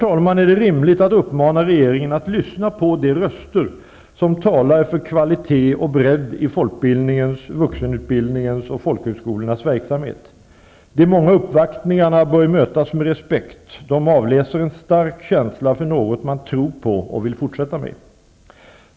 Däremot är det rimligt att uppmana regeringen att lyssna på de röster som talar för kvalitet och bredd i folkbildningens, vuxenutbildningens och folkhögskolornas verksamhet. De många uppvaktningarna bör mötas med respekt. De avspeglar en stark känsla för något man tror på och vill fortsätta med.